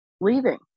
leaving